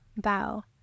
Bow